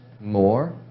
more